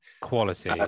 Quality